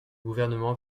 gouvernement